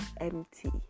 empty